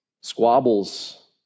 squabbles